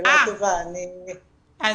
אז